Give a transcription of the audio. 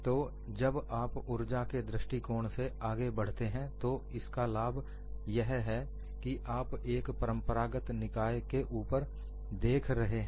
तो जब आप ऊर्जा के दृष्टिकोण से आगे बढ़ते हैं तो इसका लाभ यह है कि आप एक परंपरागत निकाय के ऊपर देख रहे हैं